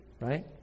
right